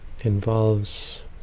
Involves